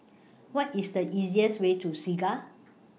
What IS The easiest Way to Segar